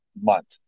month